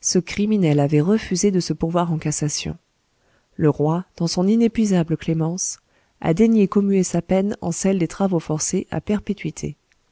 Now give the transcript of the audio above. ce criminel avait refusé de se pourvoir en cassation le roi dans son inépuisable clémence a daigné commuer sa peine en celle des travaux forcés à perpétuité